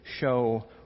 show